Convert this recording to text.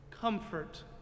Comfort